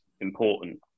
important